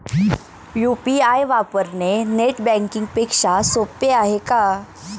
UPI वापरणे net banking पेक्षा सोपे आहे का?